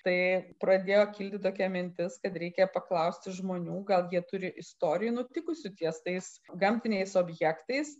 tai pradėjo kilti tokia mintis kad reikia paklausti žmonių gal jie turi istorijų nutikusių ties tais gamtiniais objektais